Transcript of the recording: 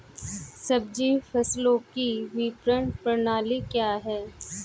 सब्जी फसलों की विपणन प्रणाली क्या है?